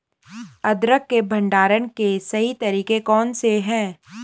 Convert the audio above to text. अदरक के भंडारण के सही तरीके कौन से हैं?